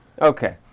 okay